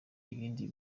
ibindi